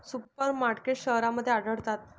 super markets शहरांमध्ये आढळतात